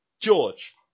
George